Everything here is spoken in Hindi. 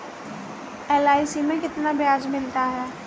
एल.आई.सी में कितना ब्याज मिलता है?